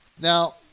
Now